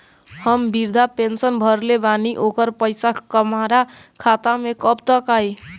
हम विर्धा पैंसैन भरले बानी ओकर पईसा हमार खाता मे कब तक आई?